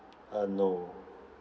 uh no